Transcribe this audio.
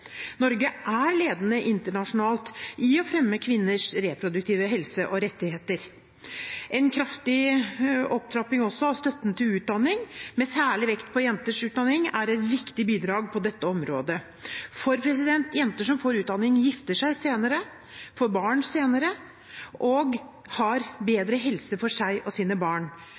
Norge er ledende internasjonalt i å fremme kvinners reproduktive helse og rettigheter. En kraftig opptrapping også av støtten til utdanning, med særlig vekt på jenters utdanning, er et viktig bidrag på dette området. For jenter som får utdanning, gifter seg senere, får barn senere og har